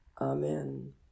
Amen